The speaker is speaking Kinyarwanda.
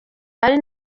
ari